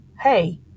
hey